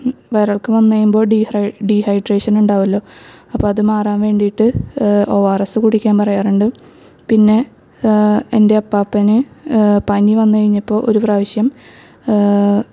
വയറിളക്കം വന്നുകഴിയുമ്പോൾ ഡീഹൈ ഡീഹൈഡ്രേഷൻ ഉണ്ടാകുമല്ലൊ അപ്പോൾ അത് മാറാൻ വേണ്ടിയിട്ട് ഒ ആർ എസ് കുടിയ്ക്കാൻ പറയാറുണ്ട് പിന്നെ എൻറെ അപ്പാപ്പന് പനി വന്ന് കഴിഞ്ഞപ്പോൾ ഒരു പ്രവിശ്യം